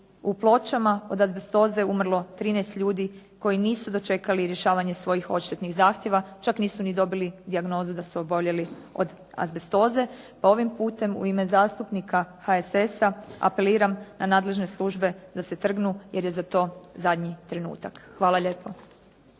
u Pločama od azbestoze umrlo 13 ljudi koji nisu dočekali rješavanje svojih odštetnih zahtjeva, čak nisu ni dobili dijagnozu da su oboljeli od azbestoze. Pa ovim putem u ime zastupnika HSS-a apeliram na nadležne službe da se trgnu jer je za to zadnji trenutak. Hvala lijepo.